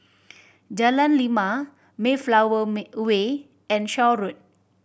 Jalan Lima Mayflower Way and Shaw Road